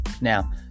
Now